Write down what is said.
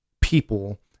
people